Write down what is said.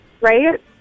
right